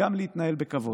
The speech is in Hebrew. וגם להתנהל בכבוד.